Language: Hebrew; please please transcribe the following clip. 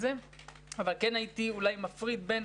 אבל כן הייתי מפריד בין